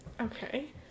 okay